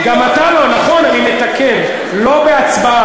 גם אתה לא, נכון, אני מתקן: לא בהצבעה.